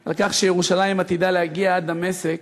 על כך שירושלים עתידה להגיע עד דמשק,